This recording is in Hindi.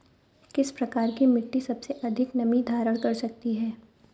किस प्रकार की मिट्टी सबसे अधिक नमी धारण कर सकती है?